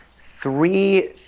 Three